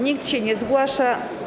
Nikt się nie zgłasza.